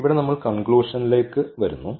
ഇവിടെ നമ്മൾ കൺക്ലൂഷനിലേക്ക് വരുന്നു